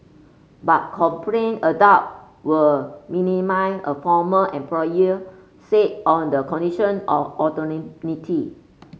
but adult were minimal a former employee said on the condition of